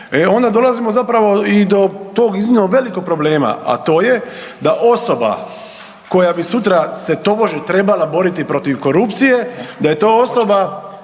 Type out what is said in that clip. onda dolazimo zapravo i do tog iznimno velikog problema, a to je da osoba koja bi sutra se tobože trebala boriti protiv korupcije da je to osoba